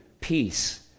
peace